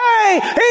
Hey